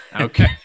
Okay